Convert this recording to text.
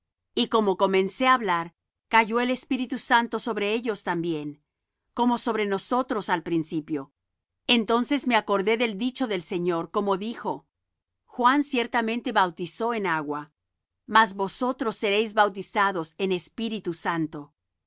y como comencé á hablar cayó el espíritu santo sobre ellos también como sobre nosotros al principio entonces me acordé del dicho del señor como dijo juan ciertamente bautizó en agua mas vosotros seréis bautizados en espíritu santo